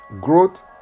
growth